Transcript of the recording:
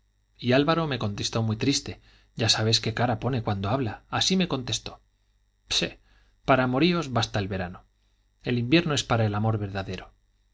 y álvaro me contestó muy triste ya sabes qué cara pone cuando habla así me contestó pche para amoríos basta el verano el invierno es para el amor verdadero